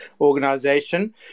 organization